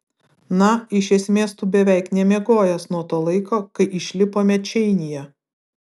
na iš esmės tu beveik nemiegojęs nuo to laiko kai išlipome čeinyje